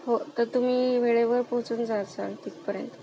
हो तर तुम्ही वेळेवर पोचुन जासाल तिथपर्यंत